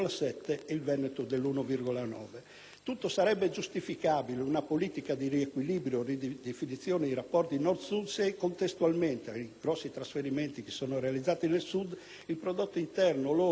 Tutto sarebbe giustificabile, in una politica di riequilibrio e di ridefinizione dei rapporti Nord-Sud, se contestualmente, per i notevoli trasferimenti realizzati nel Sud, il prodotto interno lordo *pro capite* delle Regioni